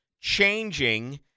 changing